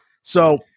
So-